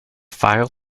file